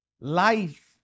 Life